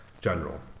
general